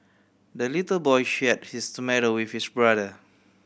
the little boy share his tomato with his brother